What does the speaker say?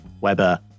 Weber